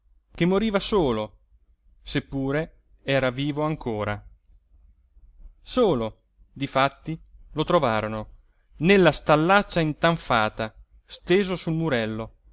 che moriva solo seppure era vivo ancora solo difatti lo trovarono nella stallaccia intanfata steso sul murello